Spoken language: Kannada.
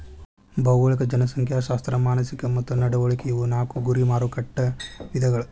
ಭೌಗೋಳಿಕ ಜನಸಂಖ್ಯಾಶಾಸ್ತ್ರ ಮಾನಸಿಕ ಮತ್ತ ನಡವಳಿಕೆ ಇವು ನಾಕು ಗುರಿ ಮಾರಕಟ್ಟೆ ವಿಧಗಳ